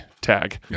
tag